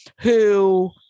who-